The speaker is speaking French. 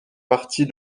partie